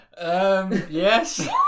Yes